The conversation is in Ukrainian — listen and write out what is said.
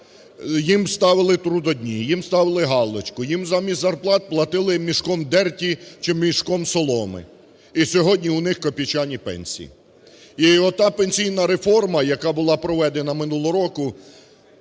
їм ставили трудодні, їм ставили галочку, їм замість зарплат платили мішком дерті чи мішком соломи, і сьогодні і у них копійчані пенсії. І ота пенсійна реформа, яка була проведена минулого року,